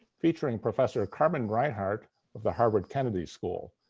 featuring professor carmen reinhart of the harvard kennedy school.